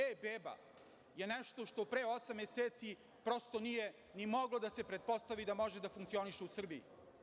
E - beba“ je nešto što pre osam meseci prosto nije ni moglo da se pretpostavi da može da funkcioniše u Srbiji.